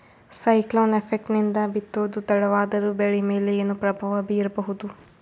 Cyclone effect ನಿಂದ ಬಿತ್ತೋದು ತಡವಾದರೂ ಬೆಳಿ ಮೇಲೆ ಏನು ಪ್ರಭಾವ ಬೀರಬಹುದು?